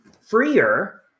freer